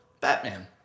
Batman